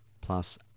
plus